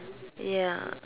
ya